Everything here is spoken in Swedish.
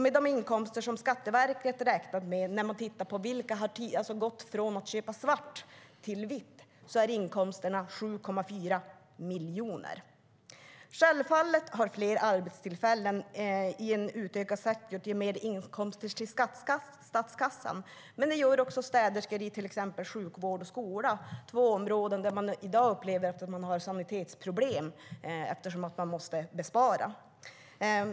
Med de inkomster som Skatteverket har räknat med när man tittat på vilka som har gått från att köpa svart till att köpa vitt är inkomsterna 7,4 miljoner. Självfallet har fler arbetstillfällen i en utökad sektor gett mer inkomster till statskassan, men det gäller också städerskor i till exempel sjukvård och skola, två områden där man i dag upplever att man har sanitetsproblem eftersom man måste spara.